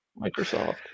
Microsoft